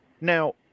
Now